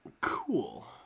cool